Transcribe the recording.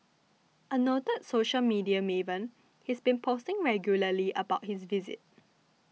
a noted social media maven he's been posting regularly about his visit